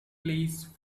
please